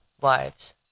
wives